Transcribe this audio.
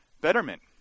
betterment